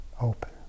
open